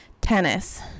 tennis